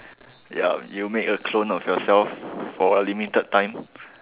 ya you make a clone of yourself for a limited time